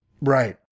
Right